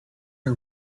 are